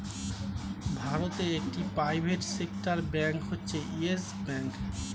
ভারতে একটি private sector bank হচ্ছে ইয়েস ব্যাঙ্ক